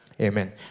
Amen